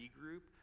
group